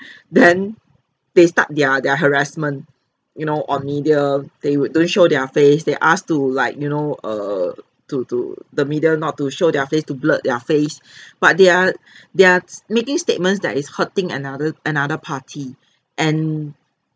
then they start their their harassment you know on media they would don't show their face they ask to like you know err to to the media not to show their face to blurred their face but they're they're s~ making statements that is hurting another another party and